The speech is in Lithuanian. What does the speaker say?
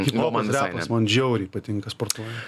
hipopas repas man žiauriai patinka sportuojan